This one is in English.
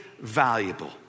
valuable